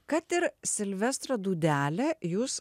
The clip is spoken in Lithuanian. kad ir silvestrą dūdelę jūs